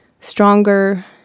stronger